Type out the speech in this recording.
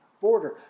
border